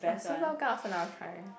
!wah! Superga I also never try eh